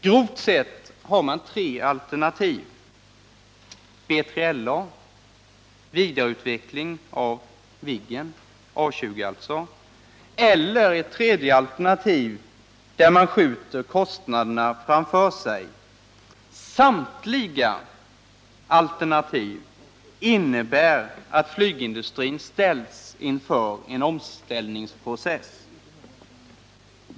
Grovt sett har man tre alternativ: att bygga B3LA, att vidareutveckla Viggen — A20 alltså — eller att skjuta kostnaderna framför sig. Samtliga alternativ innebär att flygindustrin får genomgå en omställningsprocess.